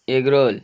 egg roll